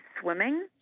swimming